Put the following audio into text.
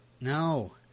No